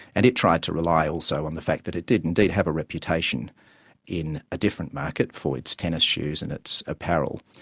and it tried to rely also on the fact that it did indeed have a reputation in a different market, for its tennis shoes and its apparel,